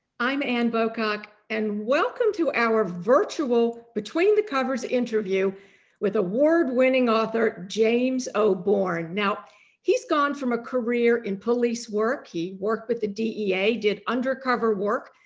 i'm ann bocock and welcome to our virtual between the covers interview with award winning author james o. born. now he's gone from a career in police work, he worked with the dea, did undercover work,